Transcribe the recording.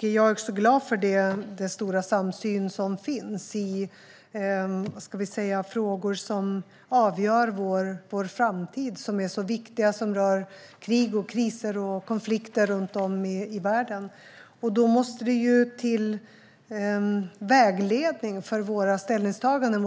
Jag är glad för den stora samsyn som finns i de viktiga frågor som avgör vår framtid och rör krig, kriser och konflikter runt om i världen. Det måste till vägledning för våra ställningstaganden.